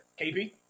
KP